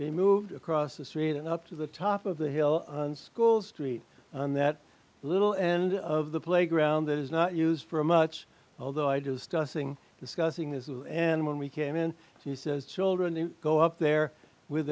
been moved across the street and up to the top of the hill on schools street on that little end of the playground that is not used for much although i do stuffing discussing this and when we came in she says children go up there with